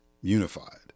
unified